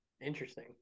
interesting